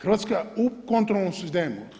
Hrvatska u kontrolnom sistemu.